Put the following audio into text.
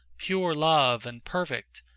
pure love, and perfect,